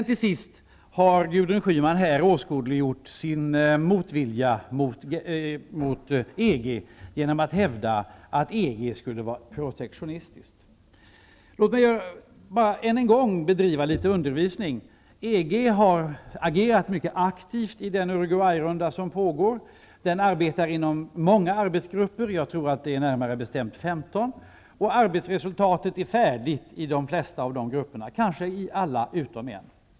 Till sist: Gudrun Schyman har åskådliggjort sin motvilja mot EG genom att hävda att EG skulle vara protektionistisk. Låt mig bara än en gång bedriva litet undervisning. EG har agerat mycket aktivt i den Uruguayrunda som pågår. Man arbetar med många arbetsgrupper -- jag tror att det är närmare bestämt 15 grupper -- och arbetsresultatet föreligger i de flesta av grupperna, kanske i alla utom en.